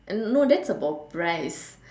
no that's about prize